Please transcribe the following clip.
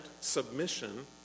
submission